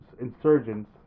insurgents